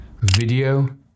video